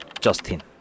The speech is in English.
Justin